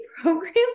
programs